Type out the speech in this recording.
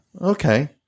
Okay